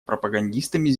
пропагандистами